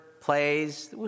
plays